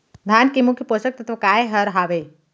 धान के मुख्य पोसक तत्व काय हर हावे?